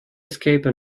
escape